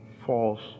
false